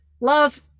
Love